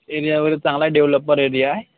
area wise चांगला developer area आहे